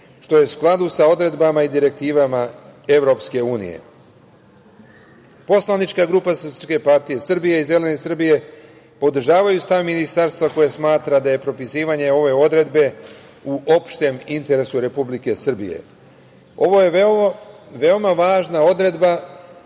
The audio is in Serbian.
što je u skladu sa odredbama i direktivama Evropske unije. Poslanička grupa SPS i Zeleni Srbije podržavaju stav Ministarstva koje smatra da je propisivanje odredbe u opštem interesu Republike Srbije. Ovo je veoma važna odredba u